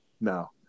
No